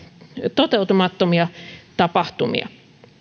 toteutumattomia tapahtumia